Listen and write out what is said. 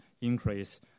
increase